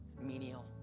menial